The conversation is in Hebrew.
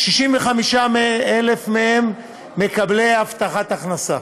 56,000 מהם מקבלים הבטחת הכנסה,